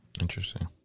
Interesting